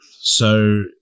So-